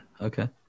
Okay